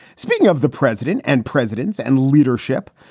speaking of the president and presidents and leadership,